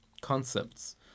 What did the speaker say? concepts